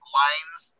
lines